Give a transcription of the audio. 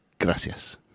Gracias